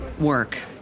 work